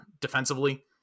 defensively